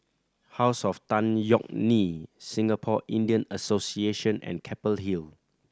House of Tan Yeok Nee Singapore Indian Association and Keppel Hill